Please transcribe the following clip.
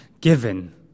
given